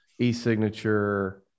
eSignature